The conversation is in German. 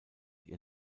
ihr